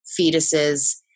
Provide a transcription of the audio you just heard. fetuses